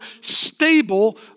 stable